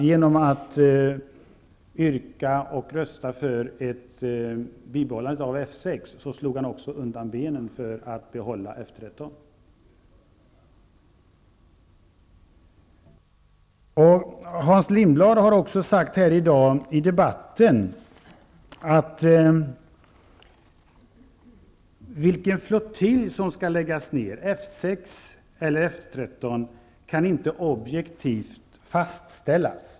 Genom att yrka på och rösta för ett bibehållande av F 6 slog han -- och det måste han ha varit medveten om -- undan benen för möjligheterna att behålla F 13. Hans Lindblad har också i debatten här i dag sagt att vilken flottilj som skall läggas ned -- F 6 eller F 13 -- inte objektivt kan fastställas.